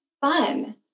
fun